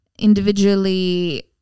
individually